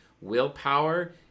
willpower